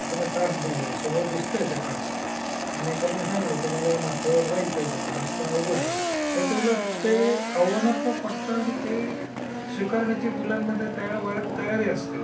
एखादा टास्क दिलं आहे समोर दिसतं आहे ते टास्क आणि एखाद्यानं सांगितलं तुम्हाला या माथ्यावर जायचंय बुवा रस्ता अवघड आहे तर उटलं ते आव्हानात्मक वाटतं आणि ते स्वीकारण्याची मुलांमध्ये त्या वयात तयारी असते